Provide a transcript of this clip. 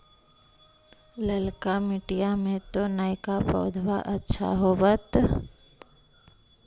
ललका मिटीया मे तो नयका पौधबा अच्छा होबत?